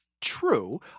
True